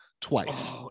twice